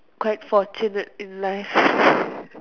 quite fortunate in life